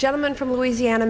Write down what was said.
gentleman from louisiana